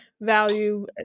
value